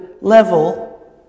level